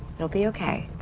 it'll be okay.